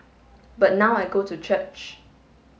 but now I go to church